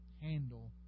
handle